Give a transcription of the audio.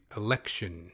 election